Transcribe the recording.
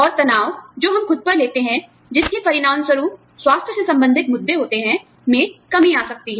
और तनाव जो हम खुद पर लेते हैं जिसके परिणामस्वरूप स्वास्थ्य से संबंधित मुद्दे होते हैं में कमी आ सकती है